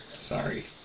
Sorry